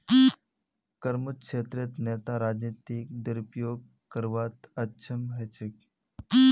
करमुक्त क्षेत्रत नेता राजनीतिक दुरुपयोग करवात अक्षम ह छेक